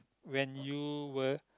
when you were